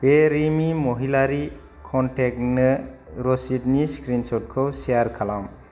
बे रिमि महिलारि कनटेक्टनो रसिदनि स्क्रिनसर्टखौ सेयार खालाम